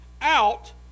out